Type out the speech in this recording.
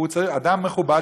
אדם מכובד,